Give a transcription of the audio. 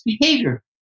behavior